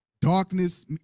Darkness